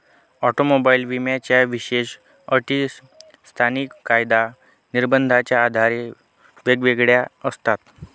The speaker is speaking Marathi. ऑटोमोबाईल विम्याच्या विशेष अटी स्थानिक कायदा निर्बंधाच्या आधारे वेगवेगळ्या असतात